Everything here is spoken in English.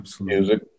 music